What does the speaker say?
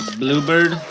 bluebird